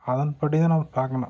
அதன் படி தான் நாம் பார்க்கணும்